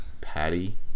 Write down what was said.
Patty